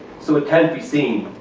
so it can't be seen.